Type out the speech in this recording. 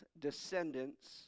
descendants